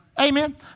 Amen